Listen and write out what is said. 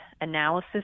analysis